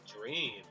dream